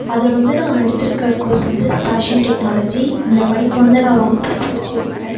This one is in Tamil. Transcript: அதில் வந்து நான் எடுத்துருக்க கோர்ஸ் வந்து ஃபேஷன் டெக்னாலஜி இந்த படிப்பை வந்து நான் ரொம்ப பிடிச்சி எடுத்தேன்